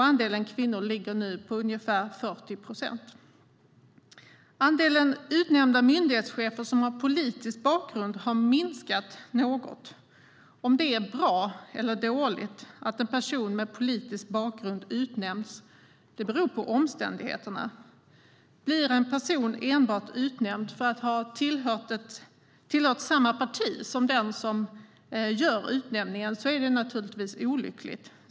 Andelen kvinnor är nu ungefär 40 procent. Andelen utnämnda myndighetschefer som har politisk bakgrund har minskat något. Om det är bra eller dåligt att en person med politisk bakgrund utnämns beror på omständigheterna. Blir en person utnämnd enbart för att ha tillhört samma parti som den som gör utnämningen är det naturligtvis olyckligt.